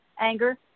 anger